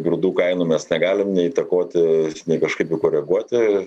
grūdų kainų mes negalim nei įtakoti nei kažkaip jų koreguoti